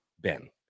Ben